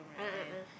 a'ah a'ah